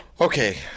Okay